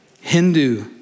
Hindu